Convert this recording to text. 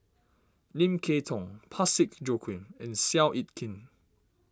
Lim Kay Tong Parsick Joaquim and Seow Yit Kin